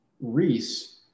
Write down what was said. Reese